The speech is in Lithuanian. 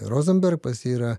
rozenberg pas jį yra